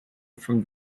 from